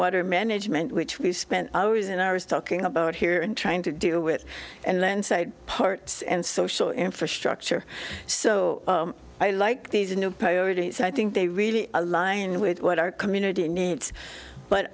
water management which we spent hours and hours talking about here in trying to deal with and land side parts and social infrastructure so i like these new priorities i think they really align with what our community needs but